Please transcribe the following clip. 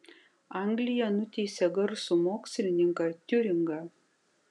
anglija nuteisė garsų mokslininką tiuringą